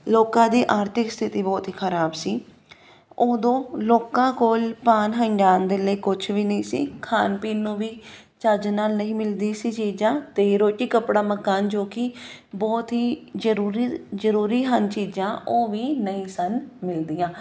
ਲੋਕਾਂ ਦੀ ਆਰਥਿਕ ਸਥਿਤੀ ਬਹੁਤ ਹੀ ਖ਼ਰਾਬ ਸੀ ਉਦੋਂ ਲੋਕਾਂ ਕੋਲ ਪਾਉਣ ਹੰਡਾਉਣ ਦੇ ਲਈ ਕੁਛ ਵੀ ਨਹੀਂ ਸੀ ਖਾਣ ਪੀਣ ਨੂੰ ਵੀ ਚੱਜ ਨਾਲ ਨਹੀਂ ਮਿਲਦੀ ਸੀ ਚੀਜ਼ਾਂ ਅਤੇ ਰੋਟੀ ਕੱਪੜਾ ਮਕਾਨ ਜੋ ਕਿ ਬਹੁਤ ਹੀ ਜ਼ਰੂਰੀ ਜ਼ਰੂਰੀ ਹਨ ਚੀਜ਼ਾਂ ਉਹ ਵੀ ਨਹੀਂ ਸਨ ਮਿਲਦੀਆਂ